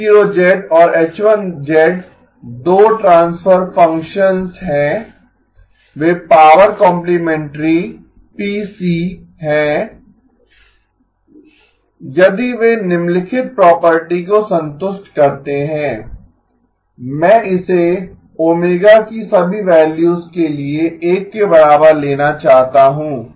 H0 और H1 2 transfer functions हैं वे पावर कॉम्प्लिमेंटरी PC हैं यदि वे निम्नलिखित प्रॉपर्टी को संतुष्ट करते हैं मैं इसे ω की सभी वैल्यूज के लिए 1 के बराबर लेना चाहता हूं